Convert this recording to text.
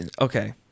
okay